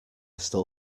still